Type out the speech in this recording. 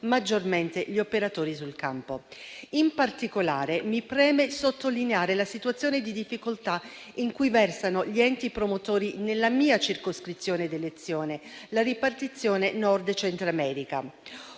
maggiormente gli operatori sul campo. In particolare, mi preme sottolineare la situazione di difficoltà in cui versano gli enti promotori nella mia circoscrizione di elezione, la ripartizione Nord-Centro America.